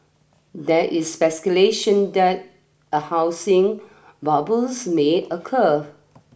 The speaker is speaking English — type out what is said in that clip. there is speculation that a housing bubbles may occur